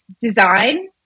design